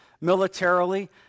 militarily